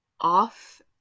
off